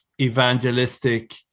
evangelistic